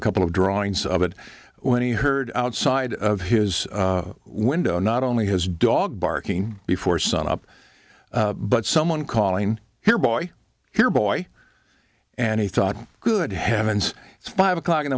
a couple of drawings of it when he heard outside of his window not only his dog barking before sun up but someone calling here boy here boy and he thought good heavens it's five o'clock in